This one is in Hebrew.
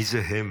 מי זה "הם"?